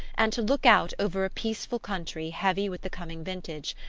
and to look out over a peaceful country heavy with the coming vintage,